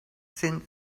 since